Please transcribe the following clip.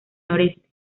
noreste